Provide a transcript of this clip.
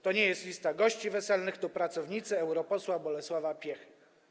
To nie jest lista gości weselnych, to pracownicy europosła Bolesława Piechy.